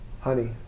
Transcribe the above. Honey